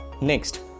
Next